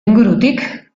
ingurutik